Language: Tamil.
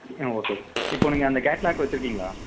ம் ஓகே இப்போ நீங்கள் அந்த கேட்லாக் வச்சுருக்கீங்களா